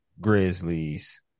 Grizzlies